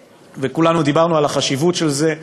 וכולנו דיברנו על החשיבות של זה.